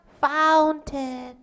fountain